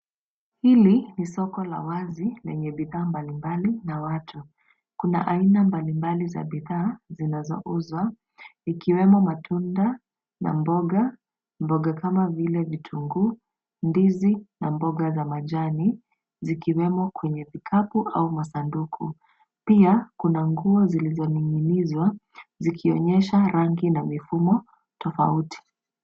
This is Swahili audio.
Hili ni soko la wazi lenye bidhaa mbali mbali na watu. Kuna aina mbali mbali za bidhaa zinazouzwa zikiwemo matunda na mboga. Mboga kama vile vitunguu, ndizi na mboga za majani, zikiwemo kwenye vikapu au masanduku. Pia, kuna nguo zilizoning'inizwa, zikionyesha rangi na mifumo tofauti.